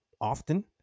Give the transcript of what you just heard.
often